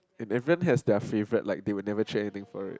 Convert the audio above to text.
it doesn't have their favorite like they will never train anything first